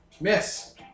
Miss